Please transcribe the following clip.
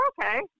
okay